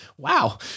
Wow